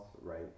Right